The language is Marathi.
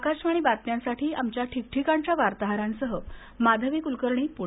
आकाशवाणी बातम्यांसाठी आमच्या ठीकठिकाणच्या वार्ताहरांसह माधवी कुलकर्णी पुणे